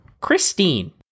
Christine